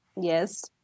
Yes